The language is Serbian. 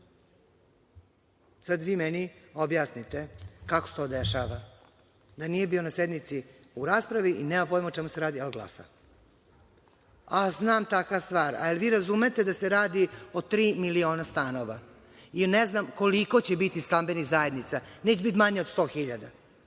vi meni objasnite kako se to dešava, da nije bio na sednici u raspravi i nema pojma o čemu se radi, ali glasa? Da li razumete da se radi o tri miliona stanova i ne znam koliko će biti stambenih zajednica, neće biti manje od 100.000, da